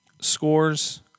scores